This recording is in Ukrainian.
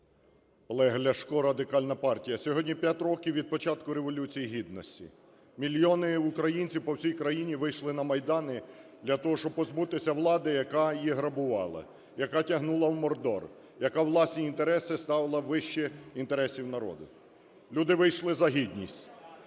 Олег Ляшко, Радикальна партія. Сьогодні 5 років від початку Революції Гідності. Мільйони українців по всій країні вийшли на майдани для того, щоб позбутися влади, яка її грабувала, яка тягнула в Мордор, яка власні інтереси ставила вище інтересів народу. Люди вийшли за гідність,